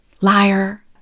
Liar